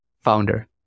founder